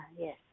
Yes